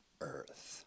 earth